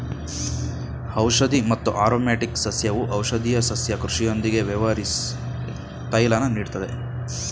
ಔಷಧಿ ಮತ್ತು ಆರೊಮ್ಯಾಟಿಕ್ ಸಸ್ಯವು ಔಷಧೀಯ ಸಸ್ಯ ಕೃಷಿಯೊಂದಿಗೆ ವ್ಯವಹರ್ಸಿ ತೈಲನ ನೀಡ್ತದೆ